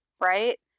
right